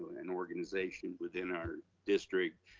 an organization within our district,